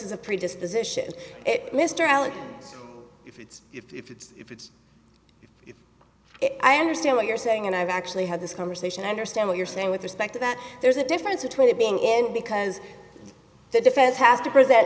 is a predisposition mr allen if it's if it's if it's i understand what you're saying and i've actually had this conversation i understand what you're saying with respect to that there's a difference between it being in and because the defense has to present